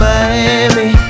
Miami